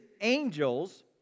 angels